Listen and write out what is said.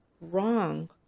wrong